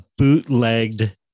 bootlegged